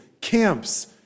camps